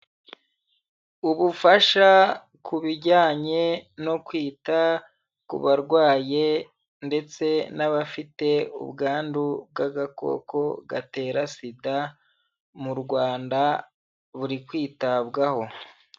Ubufasha ku bijyanye no kwita ku barwaye ndetse n'abafite ubwandu bw'agakoko gatera SIDA mu Rwanda buri kwitabwaho.